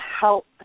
help